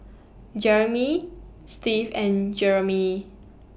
Jerimy Steve and Jeramie